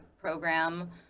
program